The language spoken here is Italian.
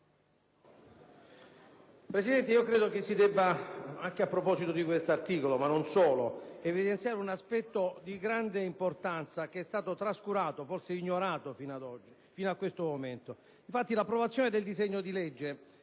Presidente, credo che, anche a proposito dell'articolo 1, si debba evidenziare un aspetto di grande importanza che è stato trascurato e forse ignorato fino a questo momento. Infatti, l'approvazione del disegno di legge